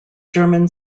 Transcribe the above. german